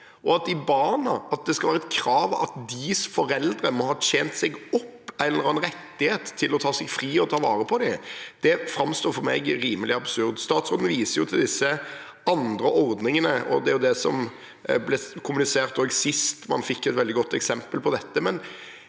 At det skal være et krav at de barnas foreldre må ha tjent seg opp en eller annen rettighet til å ta seg fri og ta vare på dem, framstår for meg rimelig absurd. Statsråden viser til disse andre ordningene, og det er også det som ble kommunisert sist man fikk et veldig godt eksempel på dette.